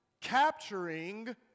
capturing